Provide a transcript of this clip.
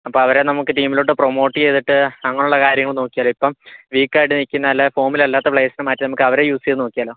അപ്പോൾ അവരെ നമുക്ക് ടീമിലോട്ട് പ്രൊമോട്ട് ചെയ്തിട്ട് അങ്ങനെയുള്ള കാര്യങ്ങൾ നോക്കിയാല്ലോ ഇപ്പം വീക്കായിട്ട് നിൽക്കുന്ന അല്ലാതെ ഫോമിലല്ലാത്ത പ്ലെയേഴ്സിനെ മാറ്റി നമുക്ക് അവരെ യൂസ് ചെയ്തുനോക്കിയാല്ലോ